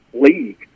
league